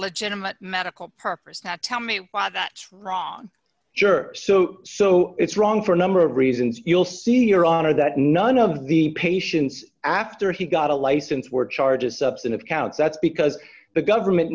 legitimate medical purposes not tell me why that's wrong sure so so it's wrong for a number of reasons you'll see your honor that none of the patients after he got a license were charges substantive counts that's because the government